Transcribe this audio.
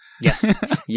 Yes